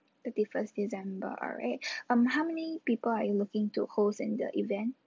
thirty first december alright um how many people are you looking to host in the event